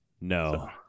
No